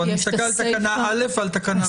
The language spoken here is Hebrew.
אבל אני מסתכל על תקנה א ועל תקנה ב.